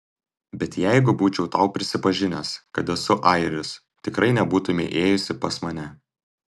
bet jeigu būčiau tau prisipažinęs kad esu airis tikrai nebūtumei ėjusi pas mane